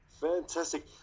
Fantastic